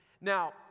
Now